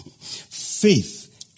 Faith